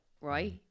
right